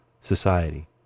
society